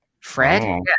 Fred